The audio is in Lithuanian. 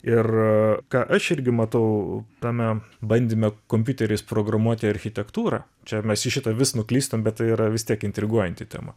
ir ką aš irgi matau tame bandyme kompiuteriais programuoti architektūrą čia mes į šitą vis nuklystam bey tai yra vis tiek intriguojanti tema